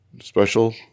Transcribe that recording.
special